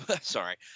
Sorry